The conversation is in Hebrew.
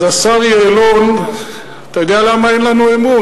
אז, השר יעלון, אתה יודע למה אין לנו אמון?